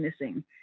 missing